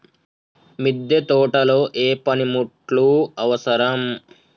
మిద్దె తోటలో ఏ పనిముట్లు అవసరం?